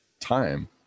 time